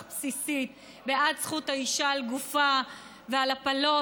בסיסית בעד זכות האישה על גופה ועל הפלות.